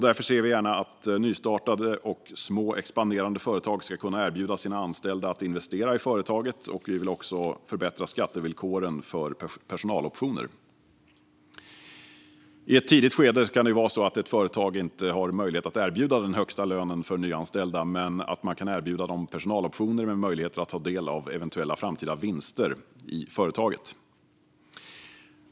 Därför ser vi gärna att nystartade och små expanderande företag ska kunna erbjuda sina anställda att investera i företaget, och vi vill också förbättra skattevillkoren för personaloptioner. I ett tidigt skede kan det vara så att ett företag inte har möjlighet att erbjuda den högsta lönen för nyanställda men att de kan erbjudas personaloptioner med möjlighet att ta del av eventuella framtida vinster i företaget.